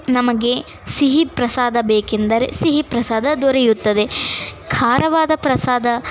ನಮಗೆ ಸಿಹಿ ಪ್ರಸಾದ ಬೇಕೆಂದರೆ ಸಿಹಿ ಪ್ರಸಾದ ದೊರೆಯುತ್ತದೆ ಖಾರವಾದ ಪ್ರಸಾದ